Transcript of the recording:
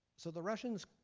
so the russians